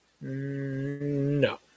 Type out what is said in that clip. No